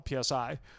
PSI